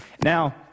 Now